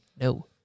no